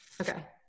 Okay